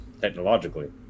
technologically